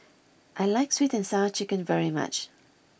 I like Sweet and Sour Chicken very much